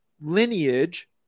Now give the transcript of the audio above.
lineage